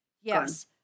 Yes